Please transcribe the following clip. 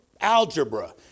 algebra